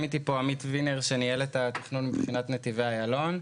איתי עמית וינר שניהל את התכנון מבחינת נתיבי איילון,